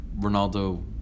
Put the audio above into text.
Ronaldo